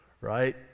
right